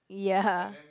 ya